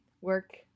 work